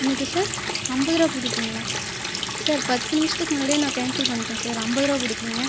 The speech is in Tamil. என்னது சார் ஐம்பது ரூபா பிடிப்பீங்களா சார் பத்து நிமிஷத்துக்கு முன்னாடியே நான் கேன்சல் பண்ணிவிட்டேன் சார் ஐம்பது ரூபா பிடிக்கிறீங்க